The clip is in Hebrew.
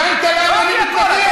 הבנת למה אני מתנגד?